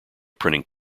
printing